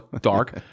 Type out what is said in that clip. dark